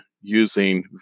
using